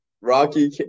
Rocky